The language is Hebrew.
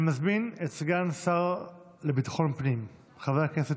אני מזמין את סגן השר לביטחון פנים חבר הכנסת